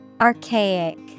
Archaic